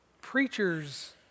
Preachers